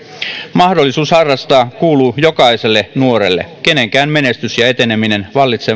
mahdollisuus harrastaa kuuluu jokaiselle nuorelle kenenkään menestys ja eteneminen